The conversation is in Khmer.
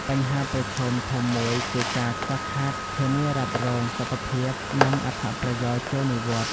បញ្ហាប្រឈមធំមួយគឺការខ្វះខាតធានារ៉ាប់រងសុខភាព និងអត្ថប្រយោជន៍ចូលនិវត្តន៍។